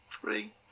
three